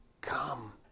come